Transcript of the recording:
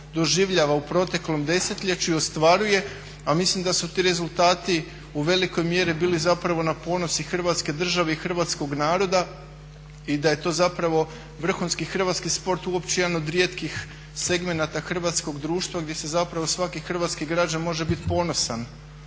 doživljava u proteklom desetljeću i ostvaruje a mislim da su ti rezultati u velikoj mjeri bili zapravo na ponos i Hrvatske države i hrvatskog naroda i da je to zapravo vrhunski hrvatski sport uopće jedan od rijetkih segmenata hrvatskog društva gdje se zapravo svaki hrvatski građanin može biti ponosan